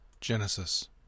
Genesis